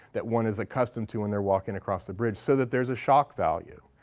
that one is accustomed to when they're walking across a bridge. so that there's a shock value.